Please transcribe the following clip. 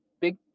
big